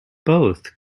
both